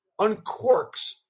uncorks